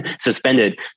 suspended